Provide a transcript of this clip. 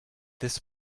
this